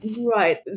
Right